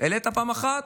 העלית פעם אחת,